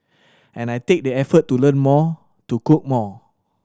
and I take the effort to learn more to cook more